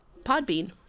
Podbean